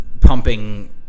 pumping